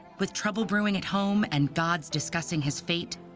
with trouble brewing at home and gods discussing his fate,